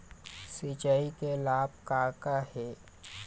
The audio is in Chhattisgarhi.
सिचाई के लाभ का का हे?